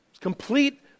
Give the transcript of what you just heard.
Complete